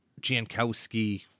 Jankowski